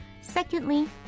Secondly